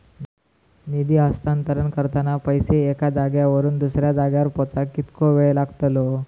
निधी हस्तांतरण करताना पैसे एक्या जाग्यावरून दुसऱ्या जाग्यार पोचाक कितको वेळ लागतलो?